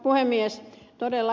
todellakin ed